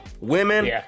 Women